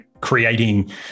creating